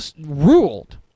ruled